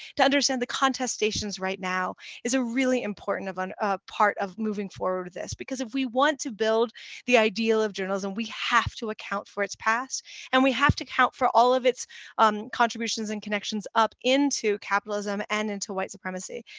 to understand the contestations right now is a really important and ah part of moving forward with this, because if we want to build the ideal of journalism, we have to account for its past and we have to account for all of its um contributions and connections up into capitalism and into white supremacy.